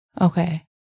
Okay